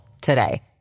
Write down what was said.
today